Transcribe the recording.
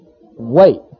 wait